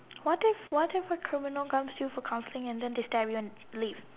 what if what if a criminal comes to you for counselling and then they stab you and leave